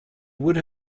would